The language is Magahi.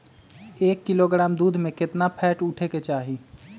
एक किलोग्राम दूध में केतना फैट उठे के चाही?